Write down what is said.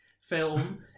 film